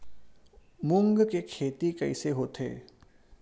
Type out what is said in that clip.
मूंग के खेती कइसे होथे?